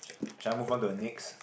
should I move on to the next